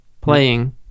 Playing